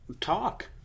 talk